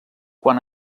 quan